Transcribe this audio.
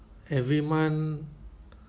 every month